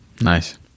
Nice